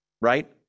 right